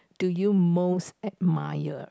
do you most admire